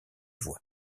voix